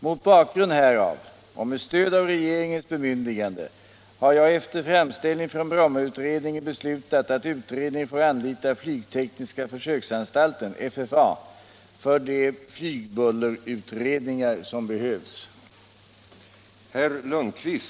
Mot bakgrund härav och med stöd av regeringens bemyndigande har jag efter framställning från Brommautredningen beslutat att utredningen får anlita flygtekniska försöksanstalten —- FFA -— för de flygbullerutredningar som behövs.